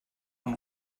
von